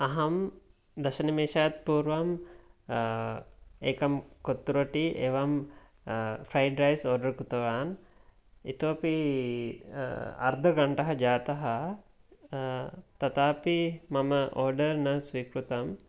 अहं दशनिमेषात् पूर्वम् एकं कुत्रोट्टी एवं फ्रैड् रैस् आर्डर् कृतवान् इतोपि अर्धघण्टा जाता तथापि मम आर्डर् न स्वीकृतम्